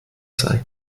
sein